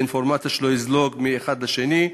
כדי שאינפורמציה לא תזלוג מאחד לשני.